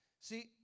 See